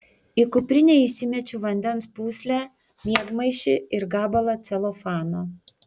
į kuprinę įsimečiau vandens pūslę miegmaišį ir gabalą celofano